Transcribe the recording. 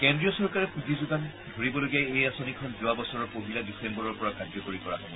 কেন্দ্ৰীয় চৰকাৰে পুঁজি যোগান ধৰিবলগীয়া এই আঁচনিখন যোৱা বছৰৰ পহিলা ডিচেম্বৰৰ পৰা কাৰ্যকৰী কৰা হ'ব